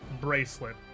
bracelet